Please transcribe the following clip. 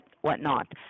whatnot